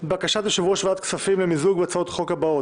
אין הצעת הממשלה להקדמת הדיון בהצעת חוק הביטוח הלאומי (הוראת שעה,